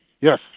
Yes